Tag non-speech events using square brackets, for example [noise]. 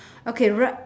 [breath] okay ri~